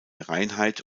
reinheit